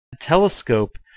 Telescope